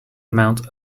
amount